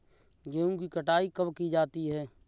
गेहूँ की कटाई कब की जाती है?